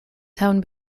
town